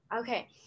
Okay